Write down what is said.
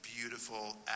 beautiful